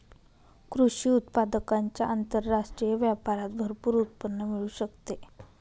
कृषी उत्पादकांच्या आंतरराष्ट्रीय व्यापारात भरपूर उत्पन्न मिळू शकते